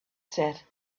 said